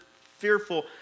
fearful